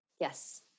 Yes